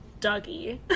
dougie